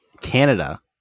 Canada